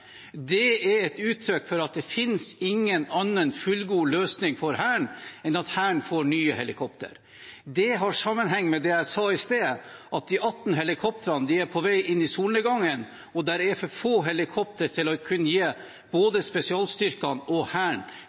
Det er et uttrykk for at det ikke finnes noen annen fullgod løsning for Hæren enn at Hæren får nye helikoptre. Det har sammenheng med det jeg sa i stad, om at de 18 helikoptrene er på vei inn i solnedgangen, og det er for få helikoptre til å kunne gi både spesialstyrkene og Hæren